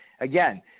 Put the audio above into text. again